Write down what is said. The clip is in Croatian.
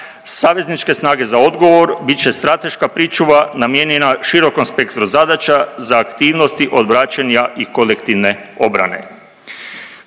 savezničke snage za odgovor bit će strateška pričuva namijenjena širokom spektru zadaća za aktivnosti odvraćanja i kolektivne obrane.